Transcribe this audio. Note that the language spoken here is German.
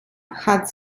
hat